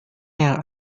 yang